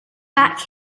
back